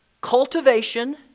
cultivation